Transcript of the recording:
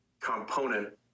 component